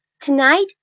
Tonight